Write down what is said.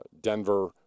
Denver